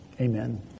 amen